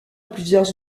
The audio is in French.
plusieurs